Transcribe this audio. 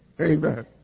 Amen